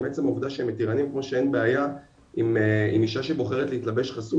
אלא מעצם העובדה כמו שאין בעיה שאין בעיה עם אישה שבוחרת להתלבש חשוף,